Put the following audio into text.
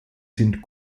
sind